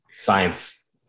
science